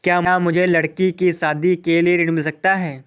क्या मुझे लडकी की शादी के लिए ऋण मिल सकता है?